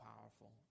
powerful